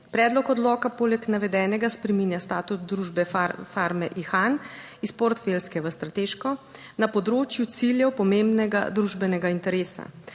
Predlog odloka poleg navedenega spreminja status družbe Farme Ihan iz portfeljske v strateško na področju ciljev pomembnega družbenega interesa.